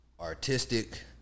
artistic